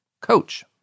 coach